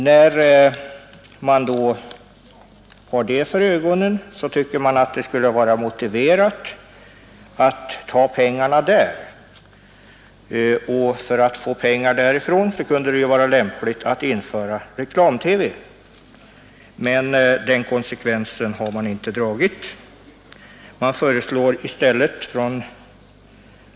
När man har detta för ögonen tycker jag det skulle vara motiverat att ta pengarna därifrån, och därför kunde det vara lämpligt att införa reklam-TV. Den konsekvensen har man emellertid inte dragit.